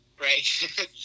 Right